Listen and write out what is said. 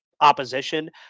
opposition